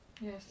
Yes